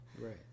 right